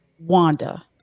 wanda